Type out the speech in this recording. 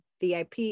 VIP